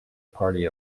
party